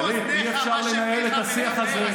גלית, אי-אפשר לנהל את השיח הזה.